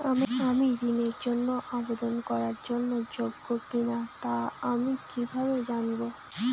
আমি ঋণের জন্য আবেদন করার যোগ্য কিনা তা আমি কীভাবে জানব?